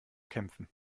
kämpfen